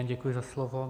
Děkuji za slovo.